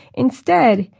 instead,